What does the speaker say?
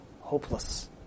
hopeless